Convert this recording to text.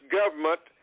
government